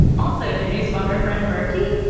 also, did you spot our friend bertie?